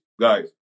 guys